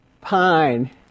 Pine